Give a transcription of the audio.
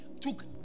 took